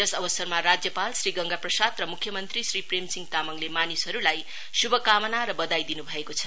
यस अवसरमा राज्यपाल श्री गंगाप्रसाद र मुख्य मंत्री श्री प्रेम सिंह तामाङले मानिसहरुलाई शुभकामना र बधाई दिनु भएको छ